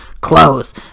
close